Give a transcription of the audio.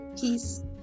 Peace